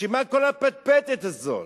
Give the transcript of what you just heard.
בשביל מה כל הפטפטת הזאת?